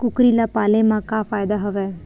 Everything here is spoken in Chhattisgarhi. कुकरी ल पाले म का फ़ायदा हवय?